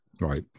Right